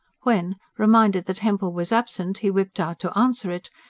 when, reminded that hempel was absent, he whipped out to answer it,